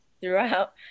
throughout